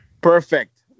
Perfect